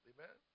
Amen